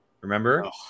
remember